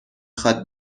خواد